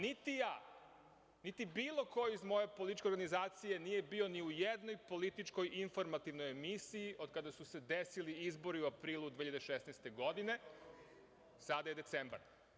Niti ja, niti bilo ko iz moje političke organizacije nije bio ni u jednoj političkoj informativnoj emisiji od kada su se desili izbori u aprilu 2016. godine, a sada je decembar.